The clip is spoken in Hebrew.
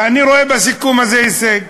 ואני רואה בסיכום הזה הישג.